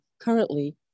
currently